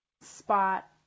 spot